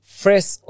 fresh